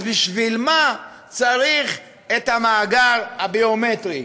אז בשביל מה צריך את המאגר הביומטרי,